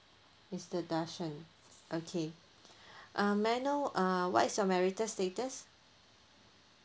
mister darshan okay uh may I know uh what is your marital status